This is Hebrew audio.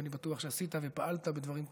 ואני בטוח שעשית ופעלת בדברים טובים,